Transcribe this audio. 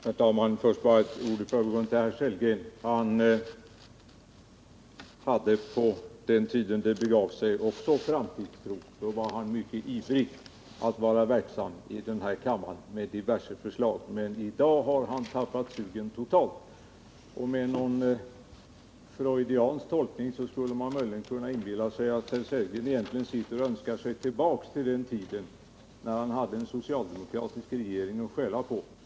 Herr talman! Först bara ett par ord i förbigående till herr Sellgren. På den tiden det begav sig hade också han en framtidstro. Då var han ivrigt verksam i denna kammare och kom med olika förslag. Men i dag har han tappat sugen totalt. Med någon freudiansk tolkning skulle man möjligen kunna inbilla sig att herr Sellgren egentligen sitter och önskar sig tillbaka till den tid när han hade en socialdemokratisk regering att skälla på.